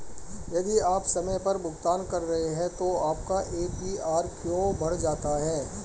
यदि आप समय पर भुगतान कर रहे हैं तो आपका ए.पी.आर क्यों बढ़ जाता है?